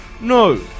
No